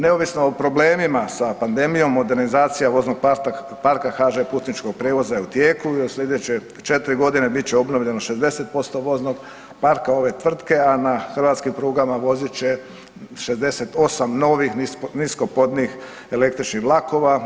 Neovisno o problemima sa pandemijom, modernizacija voznog parka HŽ Putničkog prijevoza je u tijeku i u sljedeće 4 godine bit će obnovljeno 60% voznog parka ove tvrtke, a na hrvatskim prugama vozit će 68 novih niskopodnih električnih vlakova.